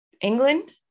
England